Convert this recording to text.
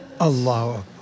Allahu